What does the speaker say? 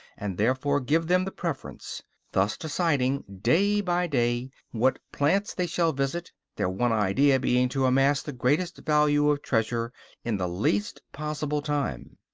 and therefore give them the preference thus deciding, day by day, what plants they shall visit, their one idea being to amass the greatest value of treasure in the least possible time.